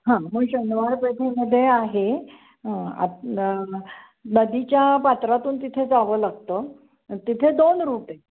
हां मग शनिवार पेठेमध्ये आहे आपलं नदीच्या पात्रातून तिथे जावं लागतं तिथे दोन रूट आहे